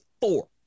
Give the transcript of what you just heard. Four